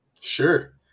Sure